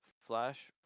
flash